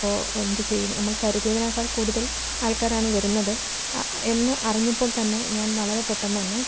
അപ്പോൾ എന്ത് ചെയ്യും നമ്മൾ കരുതിയതിനേക്കാൾ കൂടുതൽ ആൾക്കാരാണ് വരുന്നത് എന്ന് അറിഞ്ഞപ്പോൾ തന്നെ ഞാൻ വളരെ പെട്ടെന്ന് തന്നെ